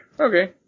Okay